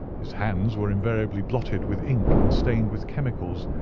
his hands were invariably blotted with ink and stained with chemicals,